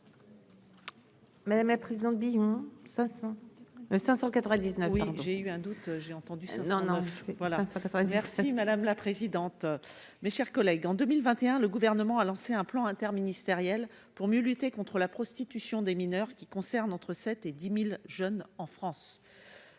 Madame a président le bilan 500 599 oui. J'ai eu un doute, j'ai entendu ça non, non, voilà ça 90, merci madame la présidente, mes chers collègues, en 2021, le gouvernement a lancé un plan interministériel pour mieux lutter contre la prostitution des mineurs qui concerne entre 7 et 10000 jeunes en France